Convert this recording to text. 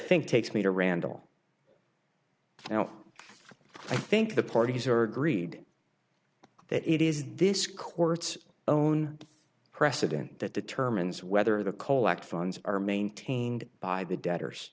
think takes me to randall now i think the parties are agreed that it is this court's own precedent that determines whether the cole act funds are maintained by the debtors